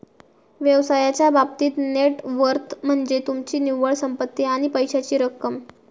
व्यवसायाच्या बाबतीत net worth म्हनज्ये तुमची निव्वळ संपत्ती आणि पैशाची रक्कम